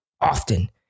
often